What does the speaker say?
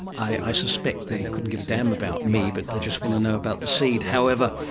i suspect they couldn't give a damn about me but they just want to know about the seed. however,